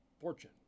Fortune